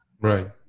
right